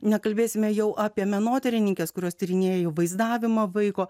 nekalbėsime jau apie menotyrininkes kurios tyrinėjo vaizdavimą vaiko